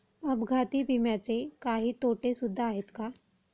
अपघाती विम्याचे काही तोटे सुद्धा आहेत का?